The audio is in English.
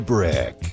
Brick